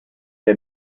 der